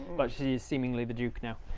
but she is seemingly the duke now.